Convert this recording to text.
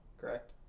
correct